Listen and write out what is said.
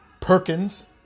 Perkins